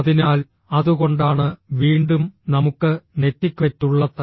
അതിനാൽ അതുകൊണ്ടാണ് വീണ്ടും നമുക്ക് നെറ്റിക്വെറ്റ് ഉള്ളത്